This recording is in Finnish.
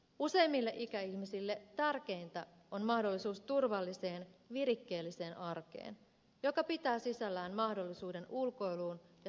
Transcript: useimmille ikäihmisille tärkeintä on mahdollisuus turvalliseen virikkeelliseen arkeen joka pitää sisällään mahdollisuuden ulkoiluun ja sosiaaliseen elämään